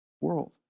world